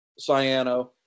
cyano